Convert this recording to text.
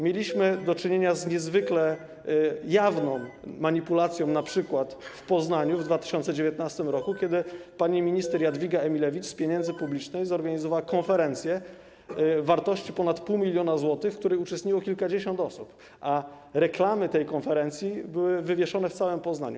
Mieliśmy do czynienia z niezwykle jawną manipulacją np. w Poznaniu w 2019 r., kiedy pani minister Jadwiga Emilewicz z pieniędzy publicznych zorganizowała konferencję o wartości ponad 0,5 mln zł, w której uczestniczyło kilkadziesiąt osób, a reklamy tej konferencji były wywieszone w całym Poznaniu.